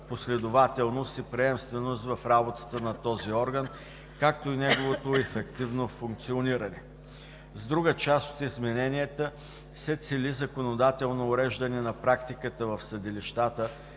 последователност и приемственост в работата на този орган, както и неговото ефективно функциониране. С друга част от измененията се цели законодателно уреждане на практиката в съдилищата,